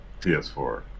PS4